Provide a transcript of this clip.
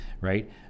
right